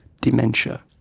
dementia